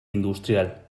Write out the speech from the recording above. industrial